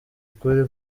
ukuri